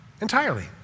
Entirely